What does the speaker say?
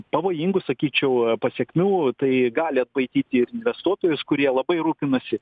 pavojingų sakyčiau pasekmių tai gali atbaidyti ir investuotojus kurie labai rūpinasi